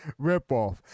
ripoff